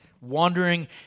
Wandering